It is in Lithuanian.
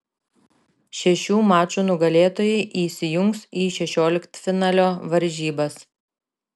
šešių mačų nugalėtojai įsijungs į šešioliktfinalio varžybas